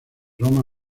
roma